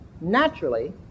naturally